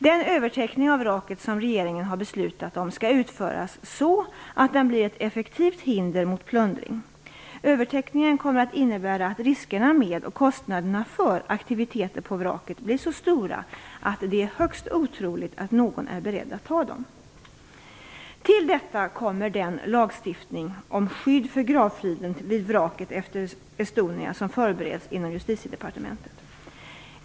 Den övertäckning av vraket som regeringen har beslutat om skall utföras så att den blir ett effektivt hinder mot plundring. Övertäckningen kommer att innebära att riskerna med och kostnaderna för aktiviteter på vraket blir så stora att det är högst otroligt att någon är beredd att ta dem. Till detta kommer den lagstiftning om skydd för gravfriden vid vraket efter Estonia som förbereds inom Justitiedepartementet.